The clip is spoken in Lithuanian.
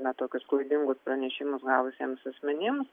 na tokius klaidingus pranešimus gavusiems asmenims